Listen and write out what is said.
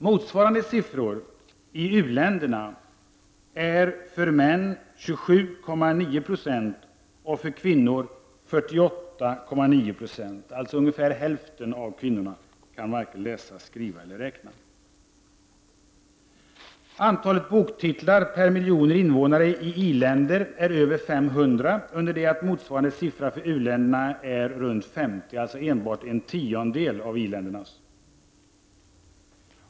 Motsvarande siffror i u-länderna är 27,9 Io bland män och 48,9 96 bland kvinnor; alltså ungefär hälften av kvinnorna kan varken läsa, skriva eller räkna. Antalet boktitlar per miljoner invånare i i-länder är över 500 under det att motsvarande siffra för u-länder är runt 50 — alltså endast en tiondel av iländernas.